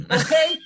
okay